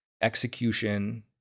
execution